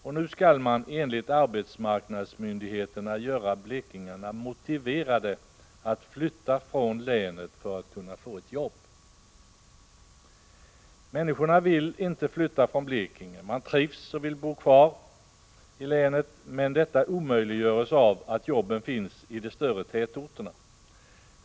Och nu skall man enligt arbetsmarknadsmyndigheterna göra blekingarna motiverade att flytta från länet för att kunna få ett jobb. Människorna vill inte flytta från Blekinge. De trivs och vill bo kvar i länet, men detta omöjliggörs av att jobben finns i de större tätorterna.